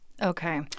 Okay